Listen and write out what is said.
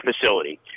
facility